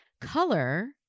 Color